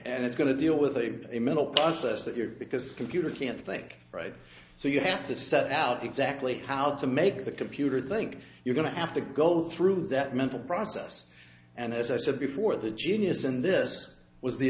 and it's going to deal with a mental process that you're because computer can't think right so you have to set out exactly how to make the computer think you're going to have to go through that mental process and as i said before the genius in this was the